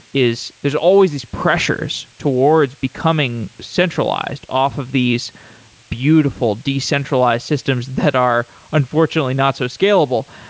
is there's always these pressures towards becoming centralized off of these beautiful decentralized systems that are unfortunately not so scalable.